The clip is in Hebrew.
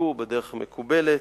בדקו בדרך המקובלת,